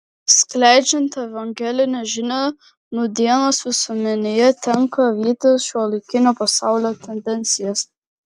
skleidžiant evangelinę žinią nūdienos visuomenėje tenka vytis šiuolaikinio pasaulio tendencijas